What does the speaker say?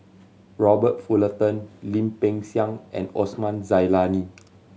Robert Fullerton Lim Peng Siang and Osman Zailani